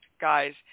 guys